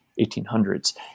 1800s